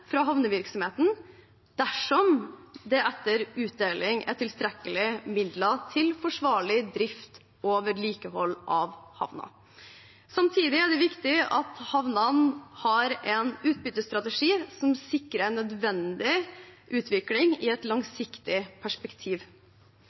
fra havnevirksomheten dersom det etter utdeling er tilstrekkelig midler til forsvarlig drift og vedlikehold av havnen. Samtidig er det viktig at havnene har en utbyttestrategi som sikrer nødvendig utvikling i et